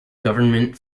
government